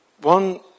One